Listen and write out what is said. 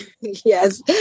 Yes